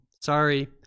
sorry